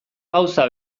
gauza